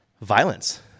violence